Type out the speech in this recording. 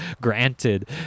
granted